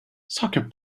soccer